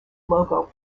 logo